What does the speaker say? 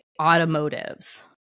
automotives